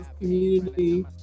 community